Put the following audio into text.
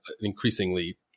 increasingly